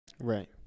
Right